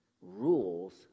rules